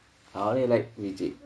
I only like vijay